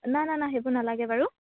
নাই নাই নাই সেইবোৰ নালাগে বাৰু